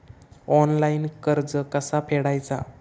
Online कर्ज कसा फेडायचा?